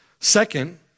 Second